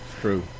True